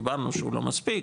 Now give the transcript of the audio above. דיברנו שהוא לא מספיק,